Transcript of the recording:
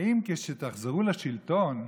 האם כשתחזרו לשלטון,